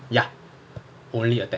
ya only attack